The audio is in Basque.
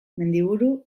mendiburu